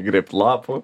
grėbt lapų